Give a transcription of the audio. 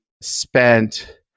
spent